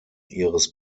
ihres